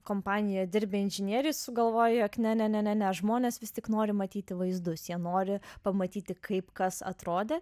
kompanijoj dirbę inžinieriai sugalvojo jog ne ne ne ne žmonės vis tik nori matyti vaizdus jie nori pamatyti kaip kas atrodė